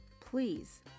please